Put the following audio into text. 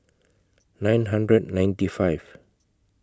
nine hundred ninety five